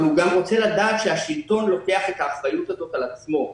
אבל הוא גם רוצה לדעת שהשלטון לוקח את האחריות הזאת על עצמו.